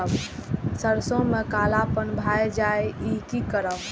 सरसों में कालापन भाय जाय इ कि करब?